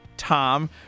Tom